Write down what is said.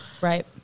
Right